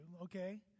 Okay